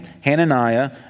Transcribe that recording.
Hananiah